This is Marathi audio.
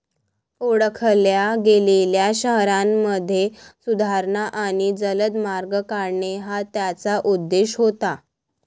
ओळखल्या गेलेल्या शहरांमध्ये सुधारणा आणि जलद मार्ग काढणे हा त्याचा उद्देश होता